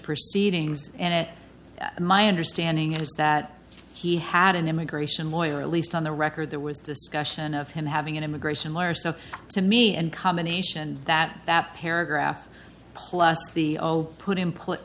proceedings and it my understanding is that he had an immigration lawyer at least on the record there was discussion of him having an immigration lawyer so to me and combination that that paragraph plus the old put him put